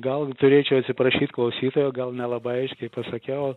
gal turėčiau atsiprašyt klausytojo gal nelabai aiškiai pasakiau